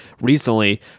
recently